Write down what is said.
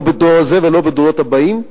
לא בדור הזה ולא בדורות הבאים,